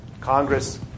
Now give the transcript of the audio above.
Congress